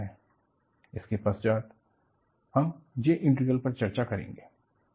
इसके पश्चात हम J इंटीग्रल पर चर्चा करेंगे